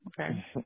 Okay